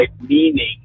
meaning